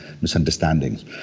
misunderstandings